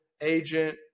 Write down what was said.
Agent